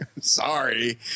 sorry